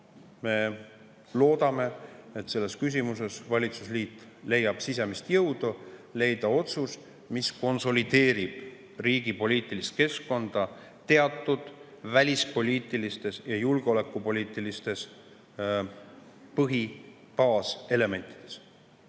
me loodame, et selles küsimuses valitsusliit leiab sisemist jõudu teha otsus, mis konsolideerib riigi poliitilist keskkonda teatud välispoliitilistes ja julgeolekupoliitilistes põhi-, baaselementides.